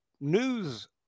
news